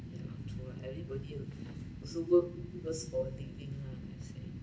ya lah true lah everybody also go through thinking lah I say